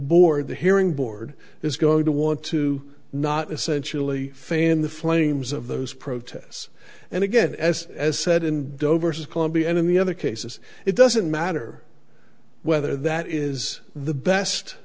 board the hearing board is going to want to not essentially fan the flames of those protests and again as as said in dover says call be enemy other cases it doesn't matter whether that is the best